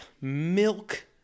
milk